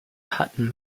pattern